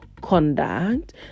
conduct